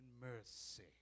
mercy